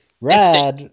Rad